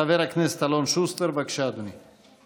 חבר הכנסת אלון שוסטר, בבקשה, אדוני.